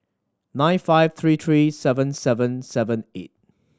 nine five three three seven seven seven eight